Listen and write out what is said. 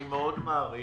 אני מאוד מעריך